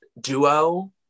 duo